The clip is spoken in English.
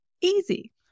Easy